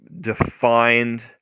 defined